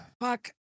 Fuck